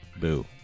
Boo